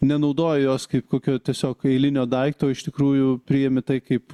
nenaudoji jos kaip kokio tiesiog eilinio daikto iš tikrųjų priimi tai kaip